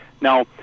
Now